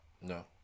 No